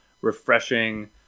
refreshing